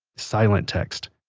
silent text,